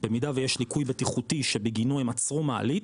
במידה ויש ליקוי בטיחותי שבגינו הם עצרו מעלית,